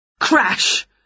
Crash